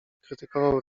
krytykował